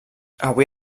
avui